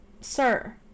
sir